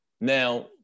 Now